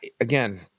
again